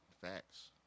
Facts